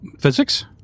Physics